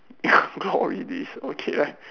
glory days okay lah